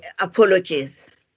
apologies